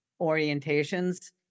orientations